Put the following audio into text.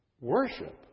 Worship